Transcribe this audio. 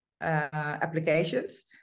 applications